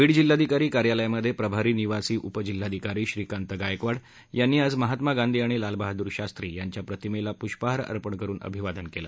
बीड जिल्हाधिकारी कार्यालयामध्ये प्रभारी निवासी उपजिल्हाधिकारी श्रीकांत गायकवाड यांनी आज महात्मा गांधी आणि लालबहादुर शास्त्री यांच्या प्रतिमेला पुष्पहार अर्पण करुन अभिवादन केलं